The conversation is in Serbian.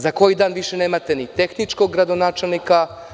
Za koji dan više nemate ni tehničkog gradonačelnika.